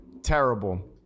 Terrible